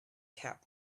cap